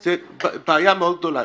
בעיה מאוד גדולה.